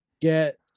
Get